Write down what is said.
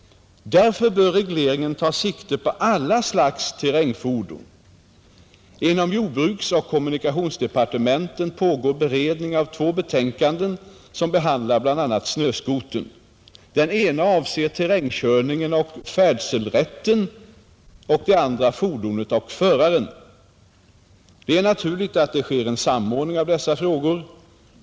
Därför bör regleringen ta sikte på alla slags terrängfordon. Inom jordbruksoch kommunikationsdepartementen pågår beredning av två betänkanden som behandlar bl.a. snöskotern. Det ena avser terrängkörningen och färdselrätten och det andra fordonet och föraren. Det är naturligt att det sker en samordning av dessa frågor.